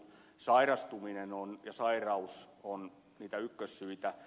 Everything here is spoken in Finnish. sairastuminen ja sairaus on niitä ykkössyitä